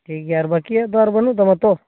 ᱴᱷᱤᱠ ᱜᱮᱭᱟ ᱟᱨ ᱵᱟᱹᱠᱤᱭᱟᱜ ᱫᱚ ᱵᱟᱹᱱᱩᱜ ᱛᱟᱢᱟ ᱛᱚ